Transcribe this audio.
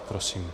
Prosím.